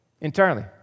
Entirely